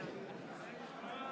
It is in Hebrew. ועדה